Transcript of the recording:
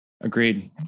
Agreed